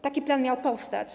Taki plan miał powstać.